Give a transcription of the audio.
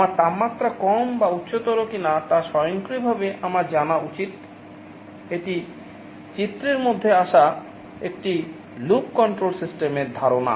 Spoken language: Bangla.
আমার তাপমাত্রা কম বা উচ্চতর কিনা তা স্বয়ংক্রিয়ভাবে আমার জানা উচিত এটি চিত্রের মধ্যে আসা একটি লুপ কন্ট্রোল সিস্টেমের ধারণা